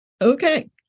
okay